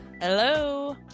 Hello